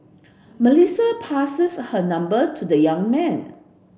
Melissa passes her number to the young man